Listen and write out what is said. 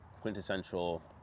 quintessential